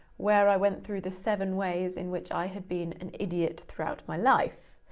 where i went through the seven ways in which i had been an idiot throughout my life.